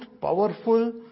powerful